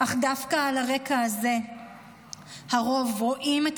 אך דווקא על הרקע הזה הרוב רואים את